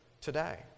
today